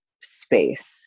space